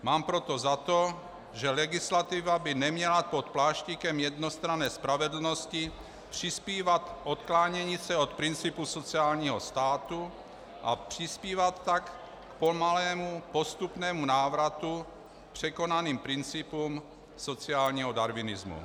Mám proto za to, že legislativa by neměla pod pláštíkem jednostranné spravedlnosti přispívat k odklánění se od principu sociálního státu, a přispívat tak k pomalému postupnému návratu k překonaným principům sociálního darwinismu.